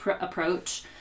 approach